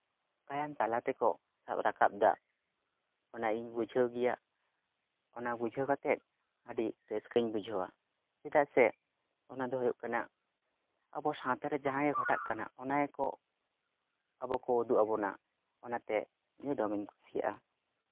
ᱜᱟᱭᱟᱱ ᱛᱟᱞᱟ ᱛᱮᱠᱚ ᱥᱟᱵ ᱨᱟᱠᱟᱵᱫᱟ ᱚᱱᱟ ᱤᱧ ᱵᱩᱡᱷᱟᱹᱣ ᱜᱮᱭᱟ ᱚᱱᱟ ᱵᱩᱡᱷᱟᱹᱣ ᱠᱟᱛᱮ ᱟᱹᱰᱤ ᱨᱟᱹᱥᱠᱟᱹᱧ ᱵᱩᱡᱷᱟᱹᱣᱟ ᱪᱮᱫᱟᱜ ᱥᱮ ᱚᱱᱟ ᱫᱚ ᱦᱩᱭᱩᱜ ᱠᱟᱱᱟ ᱟᱵᱚ ᱥᱟᱶᱛᱟ ᱨᱮ ᱡᱟᱦᱟᱸ ᱜᱮ ᱜᱷᱚᱴᱟᱜ ᱠᱟᱱᱟ ᱚᱱᱟ ᱜᱮᱠᱚ ᱟᱵᱚ ᱠᱚ ᱩᱫᱩᱜ ᱟᱵᱚᱱᱟ ᱚᱱᱟᱛᱮ ᱤᱧᱫᱚ ᱫᱚᱢᱮᱧ ᱠᱩᱥᱤᱭᱟᱜᱼᱟ